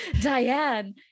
Diane